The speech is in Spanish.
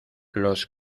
los